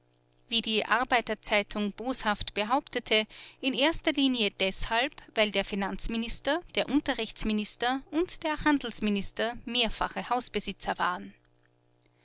wie die arbeiter zeitung boshaft behauptete in erster linie deshalb weil der finanzminister der unterrichtsminister und der handelsminister mehrfache hausbesitzer waren